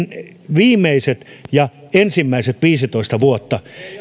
viimeiset ja ensimmäiset viisitoista vuotta